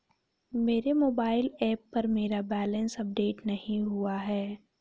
मेरे mobile app पर मेरा बैलेंस अपडेट नहीं हुआ है